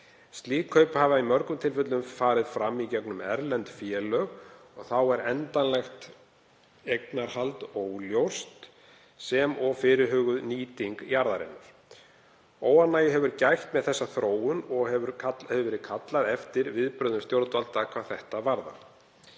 Slík kaup hafa í mörgum tilfellum farið fram í gegnum erlend félög og er þá endanlegt eignarhald óljóst sem og fyrirhuguð nýting jarðarinnar. Óánægju hefur gætt með þá þróun og kallað hefur verið eftir viðbrögðum stjórnvalda hvað þetta varðar.